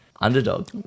Underdog